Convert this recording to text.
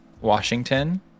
Washington